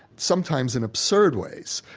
sometimes in absurd ways.